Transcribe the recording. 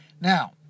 Now